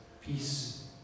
Peace